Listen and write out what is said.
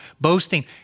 Boasting